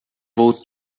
vou